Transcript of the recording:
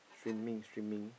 streaming streaming